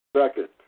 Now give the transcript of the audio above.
Second